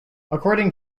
according